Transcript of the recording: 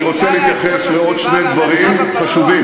אני רוצה להתייחס לעוד שני דברים חשובים.